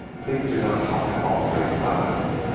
please do not talk at all during class work.